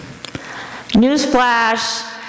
Newsflash